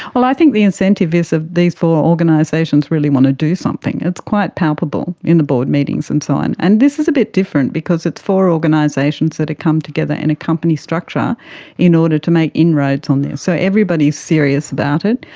well, i think the incentive is these four organisations really want to do something, it's quite palpable in the board meetings and so on. and this is a bit different because it's four organisations that have come together in a company structure in order to make inroads on this. so everybody is serious about it.